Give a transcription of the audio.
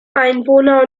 einwohner